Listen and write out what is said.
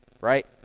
Right